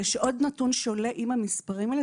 זה שעוד נתון שעולה עם המספרים האלה